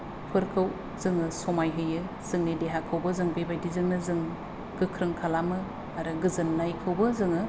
फोरखौ जोङो समायहोयो जोंनि देहाखौबो जों बेबायदिजोंनो जों गोख्रों खालामो आरो गोजोननायखौबो जोङो